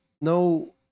no